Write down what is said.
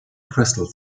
crystal